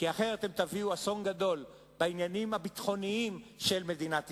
תביאו אסון גדול בעניינים הביטחוניים של מדינת ישראל,